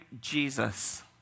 Jesus